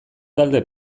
talde